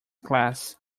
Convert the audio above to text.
class